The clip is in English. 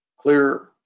clear